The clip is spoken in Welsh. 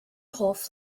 hoff